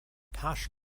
tosh